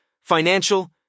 financial